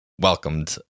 welcomed